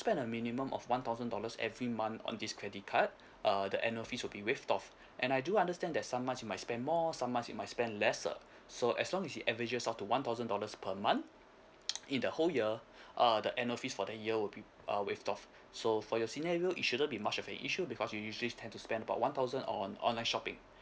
spend a minimum of one thousand dollars every month on this credit card uh the annual fees will be waived off and I do understand that some month you might spend more some month you might spend lesser so as long as it averages of to one thousand dollars per month in the whole year err the annual fees for the year will be uh waived off so for your scenario it shouldn't be much of an issue because you usually tend to spend about one thousand on online shopping